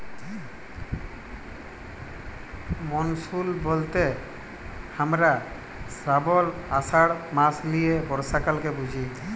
monsoon ব্যলতে হামরা শ্রাবল, আষাঢ় মাস লিয়ে বর্ষাকালকে বুঝি